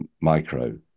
micro